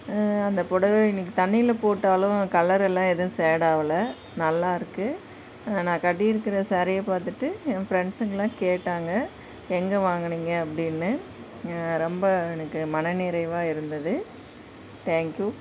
அந்த புடவைய நீங்கள் தண்ணியில் போட்டாலும் கலர் எல்லாம் எதுவும் சேட் ஆகலை நல்லாயிருக்கு நான் கட்டியிருக்குற சாரீயை பார்த்துட்டு என் ஃப்ரெண்ட்ஸுங்கலாம் கேட்டாங்க எங்கே வாங்கினீங்க அப்படினு ரொம்ப எனக்கு மனநிறைவாக இருந்தது தேங்க்யூ